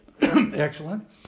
excellent